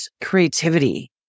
creativity